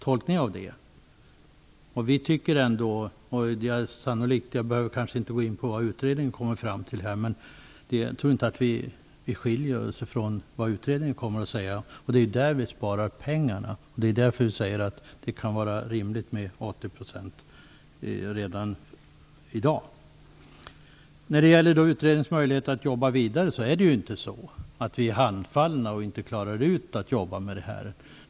Vi i Folkpartiet tycker ändå, och sannolikt också utredningen - jag behöver kanske inte gå in på vad utredningen kommer fram till men jag tror inte att vår ståndpunkt skiljer sig från utredningens - att det är här vi sparar pengarna. Det är därför vi tycker att det kan vara rimligt med 80 % redan i dag. När det gäller utredningens möjligheter att jobba vidare är det inte så att vi är handfallna och inte klarar av att jobba med detta.